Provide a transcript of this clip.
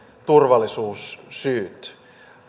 turvallisuussyyt